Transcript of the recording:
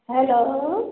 hello